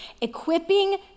equipping